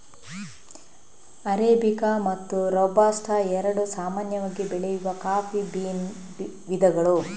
arabica ಮತ್ತು robusta ಎರಡು ಸಾಮಾನ್ಯವಾಗಿ ಬೆಳೆಯುವ ಕಾಫಿ ಬೀನ್ ವಿಧಗಳು